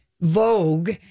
Vogue